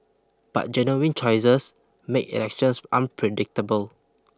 but genuine choices make elections unpredictable